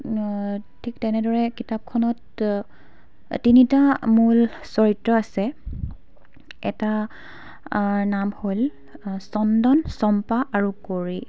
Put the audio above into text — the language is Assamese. ঠিক তেনেদৰে কিতাপখনত তিনিটা মূল চৰিত্ৰ আছে এটা ৰ নাম হ'ল চন্দন চম্পা আৰু গৌৰী